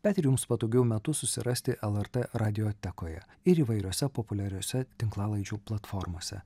bet ir jums patogiu metu susirasti ltr radiotekoje ir įvairiose populiariose tinklalaidžių platformose